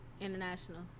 international